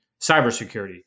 cybersecurity